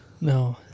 No